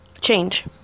change